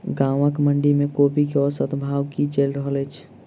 गाँवक मंडी मे कोबी केँ औसत भाव की चलि रहल अछि?